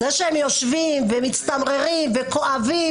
זה שהם יושבים ומצטמררים וכואבים